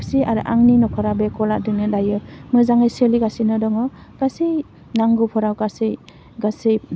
खुसि आरो आंनि नखरा बे गलादोंनो दायो मोजाङै सोलिगासिनो दङ गासै नांगौफोरा गासै गासै